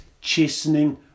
chastening